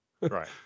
Right